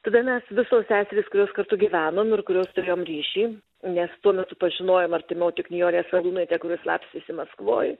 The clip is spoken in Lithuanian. tada mes visos seserys kurios kartu gyvenom ir kuriuos turėjom ryšį nes tuo metu pažinojom artimiau tik nijolę šarūnaitę kuri slapstėsi maskvoj